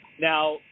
Now